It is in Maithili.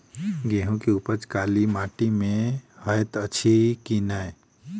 गेंहूँ केँ उपज काली माटि मे हएत अछि की नै?